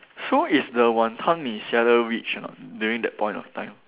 so is the Wanton-Mee seller rich or not during that point of time